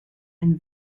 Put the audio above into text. and